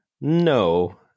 no